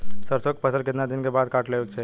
सरसो के फसल कितना दिन के बाद काट लेवे के चाही?